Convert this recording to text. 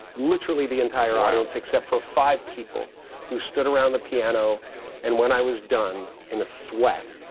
literally the entire audience except for five people who stood around the piano and when i was done in a sweat